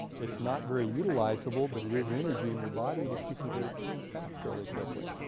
its not very utilizable but it is energy in your body which we convert to fat fairly quickly.